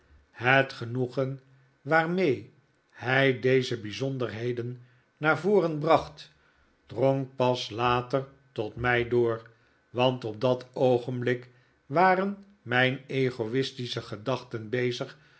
het genoegen waarmee hij deze bijzonderheden naar voren bracht drong pas later tot mij door want op dat oogenblik waren mijn egoistische gedachten bezig